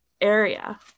area